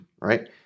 right